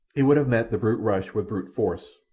he would have met the brute rush with brute force,